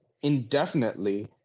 indefinitely